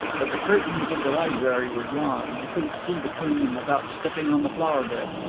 but the curtains of the library were drawn, and i couldn't see between them without stepping on the flower bed.